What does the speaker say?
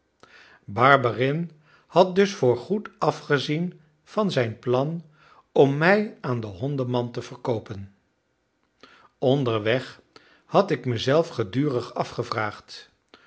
barberin had dus voorgoed afgezien van zijn plan om mij aan den hondenman te verkoopen onderweg had ik mezelf gedurig afgevraagd